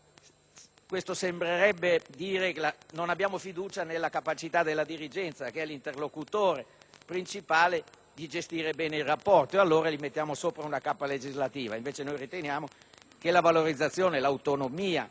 questo sembrerebbe infatti dire che non abbiamo fiducia nella capacità della dirigenza, che è l'interlocutore principale, di gestire bene il rapporto, per cui gli mettiamo sopra una cappa legislativa. Noi riteniamo piuttosto che la valorizzazione e l'autonomia